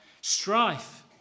strife